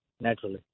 naturally